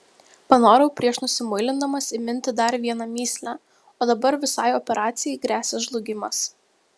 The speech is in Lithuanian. panorau prieš nusimuilindamas įminti dar vieną mįslę o dabar visai operacijai gresia žlugimas